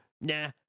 Nah